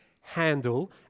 handle